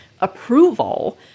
approval